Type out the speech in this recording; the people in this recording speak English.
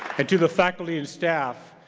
and to the faculty and staff,